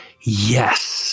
Yes